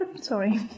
Sorry